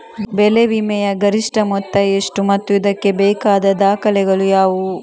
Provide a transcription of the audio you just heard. ಬೆಳೆ ವಿಮೆಯ ಗರಿಷ್ಠ ಮೊತ್ತ ಎಷ್ಟು ಮತ್ತು ಇದಕ್ಕೆ ಬೇಕಾದ ದಾಖಲೆಗಳು ಯಾವುವು?